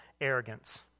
arrogance